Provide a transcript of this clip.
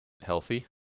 healthy